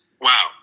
Wow